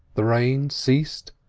the rain ceased,